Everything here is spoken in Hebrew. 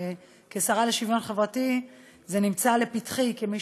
וכשָׂרה לשוויון חברתי זה נמצא לפתחי כמי